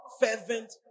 fervent